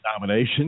nomination